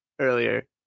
earlier